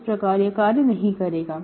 इस प्रकार यह कार्य नहीं करेगा